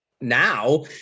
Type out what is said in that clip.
now